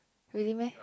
really meh